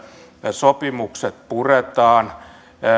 sopimukset puretaan